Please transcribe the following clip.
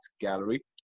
gallery